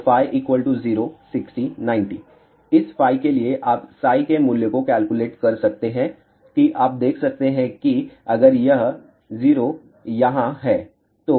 तो φ 0 60 90 इस φ के लिए आपके मूल्य को कैलकुलेट कर सकते है कि आप देख सकते हैं कि अगर यह 0 यहाँ हैं